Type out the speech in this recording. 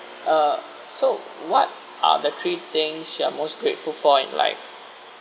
uh so what are the three things you are most grateful for in life